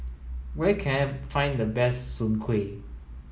where can I find the best Soon Kway